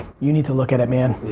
you need to look at it man.